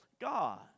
God